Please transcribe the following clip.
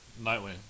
Nightwing